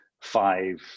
five